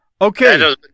Okay